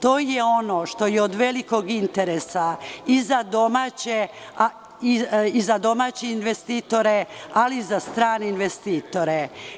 To je ono što je od velikog interesa i za domaće investitore, ali i za strane investitore.